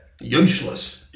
Useless